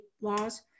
laws